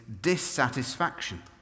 dissatisfaction